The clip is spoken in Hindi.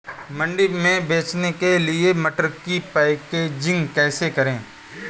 मंडी में बेचने के लिए मटर की पैकेजिंग कैसे करें?